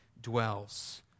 dwells